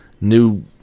new